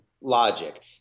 logic